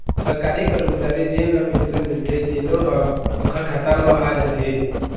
सरकारी करमचारी जेन ल पेंसन मिलथे तेनो ह ओखर खाता म आ जाथे